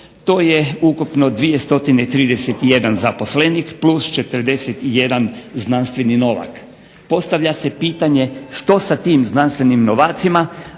to je ukupno 2031 zaposlenik plus 41 znanstveni novak. Postavlja se pitanje što sa tim znanstvenim novacima?